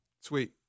sweet